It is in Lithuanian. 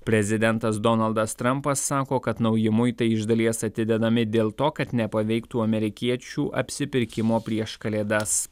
prezidentas donaldas trampas sako kad nauji muitai iš dalies atidedami dėl to kad nepaveiktų amerikiečių apsipirkimo prieš kalėdas